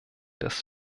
des